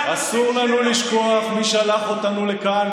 אסור לנו לשכוח מי שלח אותנו לכאן,